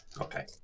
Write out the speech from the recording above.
Okay